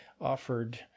offered